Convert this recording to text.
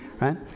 right